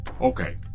Okay